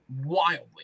wildly